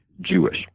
Jewish